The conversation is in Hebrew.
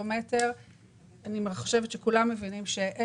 אני חושבת שללא מטרו בכל